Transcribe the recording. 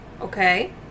Okay